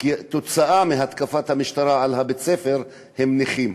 שבגלל התקפת המשטרה על בית-הספר הם נכים.